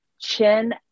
Chin